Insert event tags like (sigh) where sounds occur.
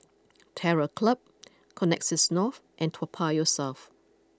(noise) Terror Club (noise) Connexis North and Toa Payoh South